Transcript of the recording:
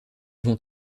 vont